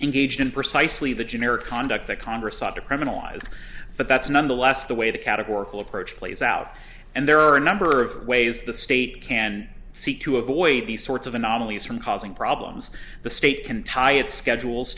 engaged in precisely the generic conduct that congress sought to criminalize but that's nonetheless the way the categorical approach plays out and there are a number of ways the state can seek to avoid these sorts of anomalies from causing problems the state can tie its schedules